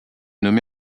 nommé